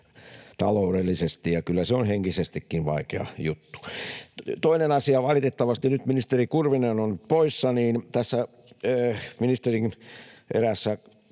taloudellisesti, ja kyllä se on henkisestikin vaikea juttu. Toinen asia: Valitettavasti nyt ministeri Kurvinen on poissa, mutta tässä ministerin eräässä